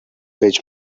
which